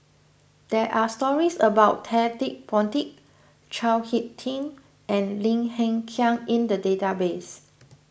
there are stories about Ted De Ponti Chao Hick Tin and Lim Hng Kiang in the database